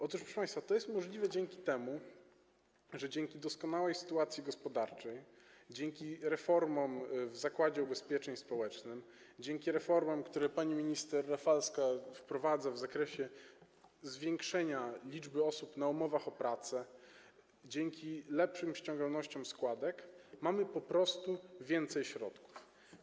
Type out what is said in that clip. Otóż proszę państwa, to jest możliwe dzięki temu, że dzięki doskonałej sytuacji gospodarczej, dzięki reformom w Zakładzie Ubezpieczeń Społecznych, dzięki reformom, które pani minister Rafalska wprowadza w zakresie zwiększenia liczby osób mających umowy o pracę, dzięki lepszym ściągalnościom składek mamy po prostu więcej środków.